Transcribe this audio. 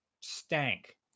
stank